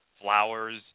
Flowers